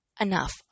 enough